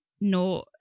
no